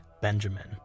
Benjamin